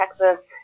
Texas